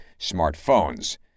smartphones